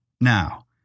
Now